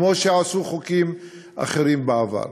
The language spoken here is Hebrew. כמו שעשו חוקים אחרים בעבר.